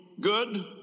Good